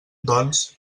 doncs